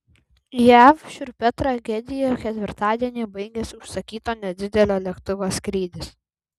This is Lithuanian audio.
jav šiurpia tragedija ketvirtadienį baigėsi užsakyto nedidelio lėktuvo skrydis